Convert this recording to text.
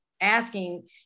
asking